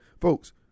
Folks